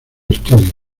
estudio